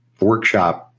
workshop